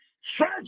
Stretch